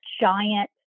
giant